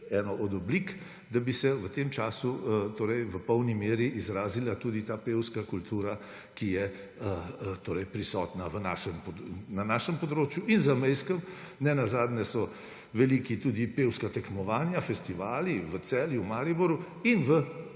eno od oblik, da bi se v tem času v polni meri izrazila tudi ta pevska kultura, ki je prisotna na našem območju in zamejskem. Nenazadnje so velika tudi pevska tekmovanja, festivali v Celju, Mariboru. V